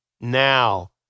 now